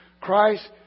Christ